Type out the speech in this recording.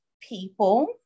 people